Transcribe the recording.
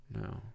no